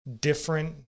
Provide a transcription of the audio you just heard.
different